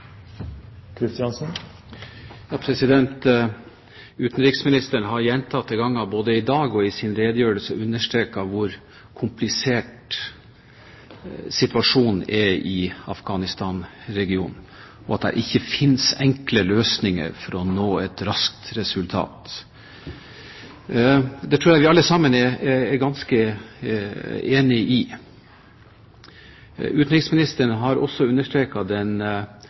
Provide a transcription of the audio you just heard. har gjentatte ganger, både i dag og i sin redegjørelse, understreket hvor komplisert situasjonen er i Afghanistan-regionen, og at det ikke finnes enkle løsinger for å nå et raskt resultat. Det tror jeg vi alle sammen er ganske enig i. Utenriksministeren har også understreket den